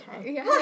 okay